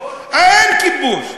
אין כיבוש.